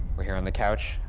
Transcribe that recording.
we're here on the couch.